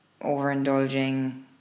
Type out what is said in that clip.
overindulging